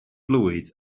blwydd